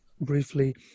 briefly